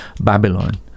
Babylon